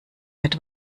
mit